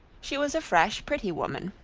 she was a fresh, pretty woman,